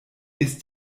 ist